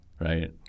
right